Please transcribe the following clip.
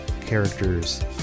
characters